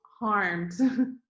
harmed